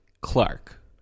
Clark